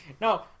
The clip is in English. no